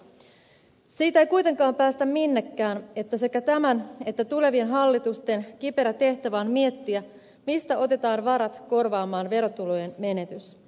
siitä ei kuitenkaan päästä minnekään että sekä tämän että tulevien hallitusten kiperä tehtävä on miettiä mistä otetaan varat korvaamaan verotulojen menetys